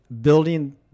building